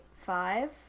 Five